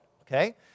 okay